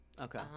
Okay